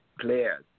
players